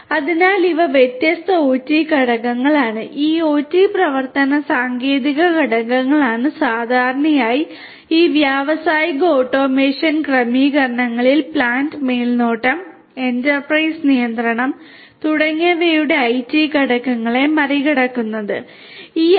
അതിനാൽ ഇവ വ്യത്യസ്ത OT ഘടകങ്ങളാണ് ഈ OT പ്രവർത്തന സാങ്കേതിക ഘടകങ്ങളാണ് സാധാരണയായി ഈ വ്യാവസായിക ഓട്ടോമേഷൻ ക്രമീകരണങ്ങളിൽ പ്ലാന്റ് മേൽനോട്ടം എന്റർപ്രൈസ് നിയന്ത്രണം തുടങ്ങിയവയുടെ IT ഘടകങ്ങളെ മറികടക്കുന്നത് ഈ ഐ